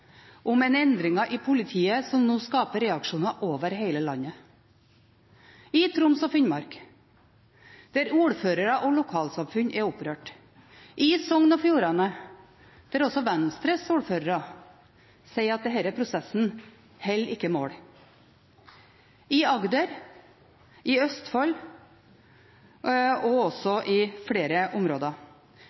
om endringer i politiet som nå skaper reaksjoner over hele landet – i Troms og Finnmark, der ordførere og lokalsamfunn er opprørt, i Sogn og Fjordane, der også Venstres ordførere sier at denne prosessen ikke holder mål, i Agder, i Østfold og flere områder.